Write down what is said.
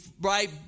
right